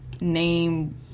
name